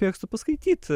mėgstu paskaityt